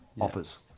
offers